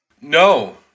No